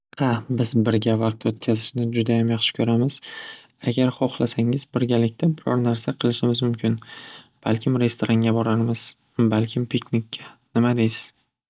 Xa biz birga vaqt o'tkazishni judayam yaxshi ko'ramiz agar xohlasangiz birgalikda biror narsa qilishimiz mumkin balkim restoranga borarmiz balkim piknikga nima deysiz?